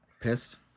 pissed